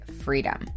freedom